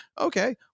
okay